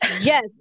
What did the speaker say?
yes